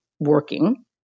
working